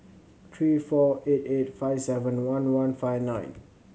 three four eight eight five seven one one five nine